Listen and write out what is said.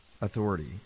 authority